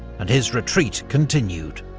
and his retreat continued.